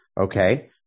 okay